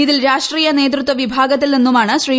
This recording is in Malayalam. ഇതിൽ രാഷ്ട്രീയ നേതൃത്വ വിഭാഗത്തിൽ നിന്നുമാണ് ശ്രീ